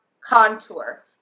contour